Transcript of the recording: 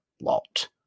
lot